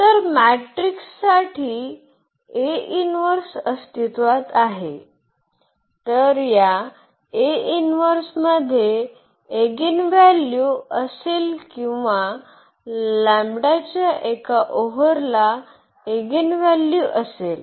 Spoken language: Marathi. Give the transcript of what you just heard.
तर मॅट्रिक्ससाठी अस्तित्त्वात आहे तर या मध्ये एगिनव्हॅल्यू असेल किंवा लंबडाच्या एका ओव्हरला एगिनव्हॅल्यू असेल